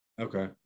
Okay